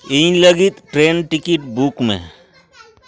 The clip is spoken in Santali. ᱤᱧ ᱞᱟᱹᱜᱤᱫ ᱴᱨᱮᱱ ᱴᱤᱠᱤᱴ ᱵᱩᱠ ᱢᱮ